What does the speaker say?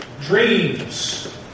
dreams